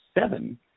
seven